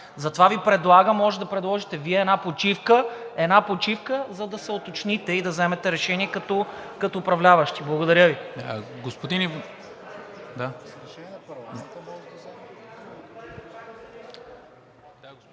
Затова Ви предлагам – може да предложите Вие, една почивка, за да се уточните и да вземете решение като управляващи. Благодаря Ви.